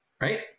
right